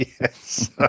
Yes